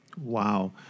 Wow